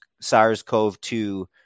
SARS-CoV-2